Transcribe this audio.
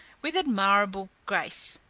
with admirable grace.